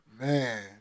Man